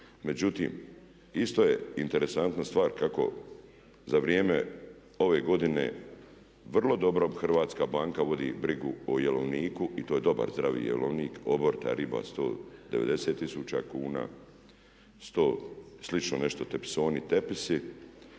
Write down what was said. Međutim, isto je interesantna stvar kako za vrijeme ove godine vrlo dobro hrvatska banka vodi brigu o jelovniku i to je dobar zdravi jelovnik obrta riba 190 tisuća kuna, slično nešto tepisoni i tepisi,